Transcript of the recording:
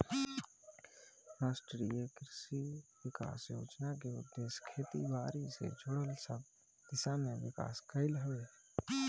राष्ट्रीय कृषि विकास योजना के उद्देश्य खेती बारी से जुड़ल सब दिशा में विकास कईल हवे